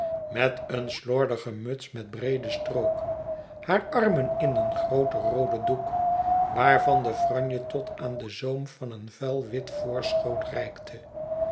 met een slordige muts met breede strook haar armen in een grooten rooden doek waarvan de franje tot aan den zoom van een vuil wit voorschoot